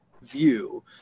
view